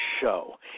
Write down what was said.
show